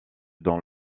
dans